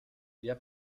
wer